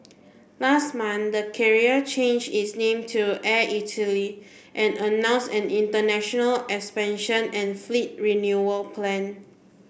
last month the carrier changed its name to Air Italy and announce an international expansion and fleet renewal plan